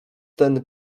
ten